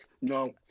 No